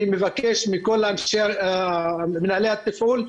אני מבקש מכל מנהלי התפעול,